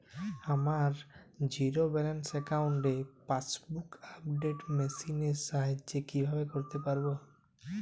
আমার zero balance অ্যাকাউন্টে passbook update machine এর সাহায্যে কীভাবে করতে পারব?